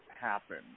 happen